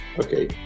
Okay